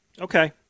Okay